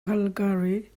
calgary